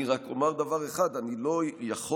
אני רק אומר דבר אחד: אני לא יכול,